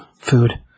food